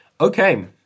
Okay